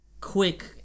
quick